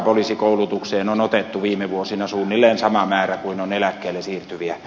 poliisikoulutukseen on otettu viime vuosina suunnilleen sama määrä kuin on eläkkeelle siirtyviä